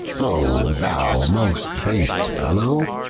o thou most base fellow?